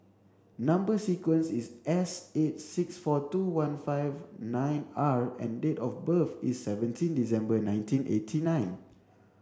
number sequence is S eight six four two one five nine R and date of birth is seventeen December nineteen eighty nine